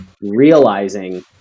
realizing